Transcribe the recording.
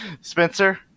Spencer